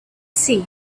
see